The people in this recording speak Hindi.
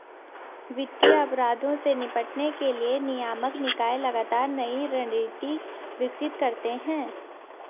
वित्तीय अपराधों से निपटने के लिए नियामक निकाय लगातार नई रणनीति विकसित करते हैं